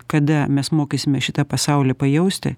kada mes mokysime šitą pasaulį pajausti